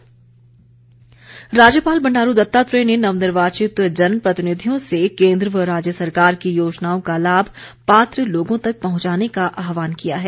राज्यपाल राज्यपाल बंडारू दत्तात्रेय ने नवनिर्वाचित जन प्रतिनिधियों से केन्द्र व राज्य सरकार की योजनाओं का लाभ पात्र लोगों तक पहुंचाने का आह्वान किया है